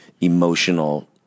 emotional